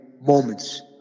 moments